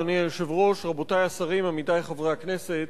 אדוני היושב-ראש, רבותי השרים, עמיתי חברי הכנסת,